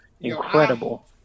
incredible